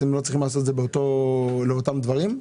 אתם לא צריכים לעשות את זה לאותם דברים?